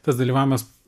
tas dalyvavimas